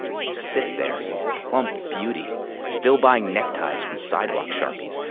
you sit there, you plump beauty still buying neckties from sidewalk sharpies,